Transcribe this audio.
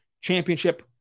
championship